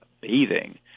bathing